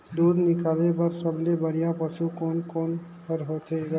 दूध निकाले बर सबले बढ़िया पशु कोन कोन हर होथे ग?